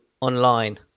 online